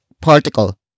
particle